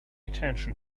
attention